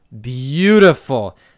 beautiful